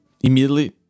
immediately